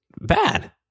bad